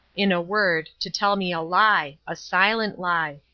in a word, to tell me a lie a silent lie.